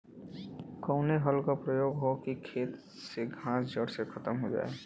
कवने हल क प्रयोग हो कि खेत से घास जड़ से खतम हो जाए?